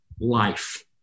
life